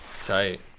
Tight